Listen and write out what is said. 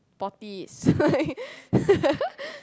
potty is